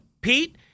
Pete—